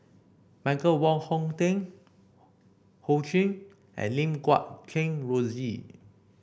Michael Wong Hong Teng Ho Ching and Lim Guat Kheng Rosie